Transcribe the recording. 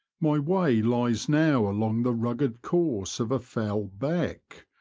my way lies now along the rugged course of a fell beck,